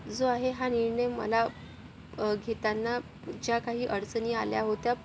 जो आहे हा निर्णय मला घेताना ज्या काही अडचणी आल्या होत्या